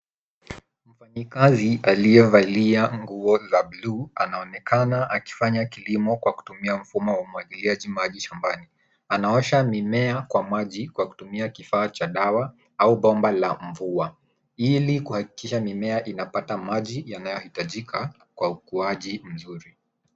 Mfanyikazi aliyevalia nguo za bluu anaonekana akifanya kilimo kwa kutumia mfumo wa umwagiliaji maji shambani. Anaosha mimea kwa maji kwa kutumia kifaa cha dawa au bomba la mvua ili kuhakikisha mimea inapata maji yanayohitajika kwa ukuaji mzuri.